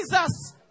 jesus